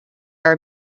our